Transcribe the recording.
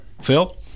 Phil